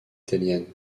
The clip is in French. italienne